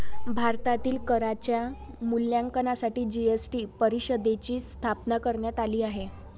भारतातील करांच्या मूल्यांकनासाठी जी.एस.टी परिषदेची स्थापना करण्यात आली आहे